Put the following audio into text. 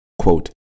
Quote